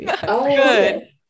Good